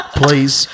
please